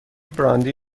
براندی